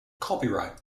copyright